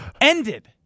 Ended